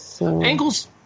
Angle's